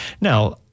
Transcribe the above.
Now